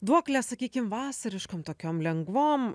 duoklę sakykim vasariškom tokiom lengvom